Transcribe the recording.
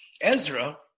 Ezra